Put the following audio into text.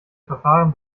verfahren